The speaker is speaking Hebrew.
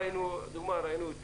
ראינו את